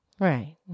Right